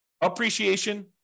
appreciation